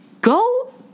go